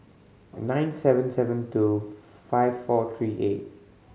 nine seven seven two five four three eight